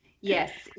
yes